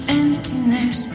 emptiness